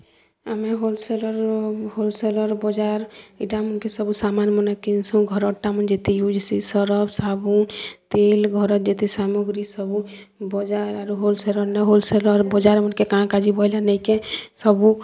ଆମେ ହୋଲ୍ସେଲ୍ରରୁ ହୋଲ୍ସେଲର୍ ବଜାର୍ ଇ'ଟା ମାନ୍କେ ସବୁ ସାମାନ୍ମାନେ କିଣ୍ସୁଁ ଘରର୍ଟା ମାନେ ଯେତ୍କି ୟୁଜ୍ ହେସି ସର୍ପ ସାବୁନ୍ ତେଲ୍ ଘର୍ ଯେତେ ସାମଗ୍ରୀ ସବୁ ବଜାର୍ରୁ ହୋଲ୍ସେଲ୍ ନ ହୋଲ୍ସେଲ୍ ବଜାର୍ ନେ କାମ୍ କା'ଯେ ବୋଏଲେ ନି କେଁ ସବୁ